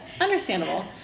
Understandable